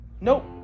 Nope